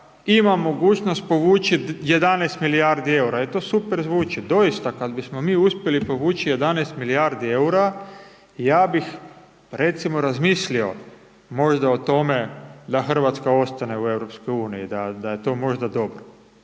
ima mogućnost povući 11 milijardi EUR-a, je, to super zvuči, doista, kad bismo mi uspjeli povući 11 milijardi EUR-a ja bih recimo razmislio možda o tome da RH ostane u EU da je to možda dobro.